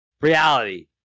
Reality